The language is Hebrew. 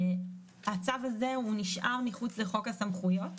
הצו הזה נשאר מחוץ לחוק הסמכויות.